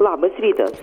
labas rytas